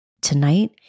Tonight